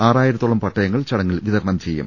ആറായിരത്തോളം പട്ടയങ്ങൾ ചടങ്ങിൽ വിതരണം ചെയ്യും